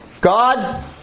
God